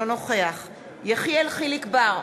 אינו נוכח יחיאל חיליק בר,